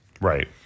Right